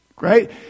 Right